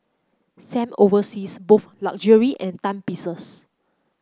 Sam oversees both luxury and timepieces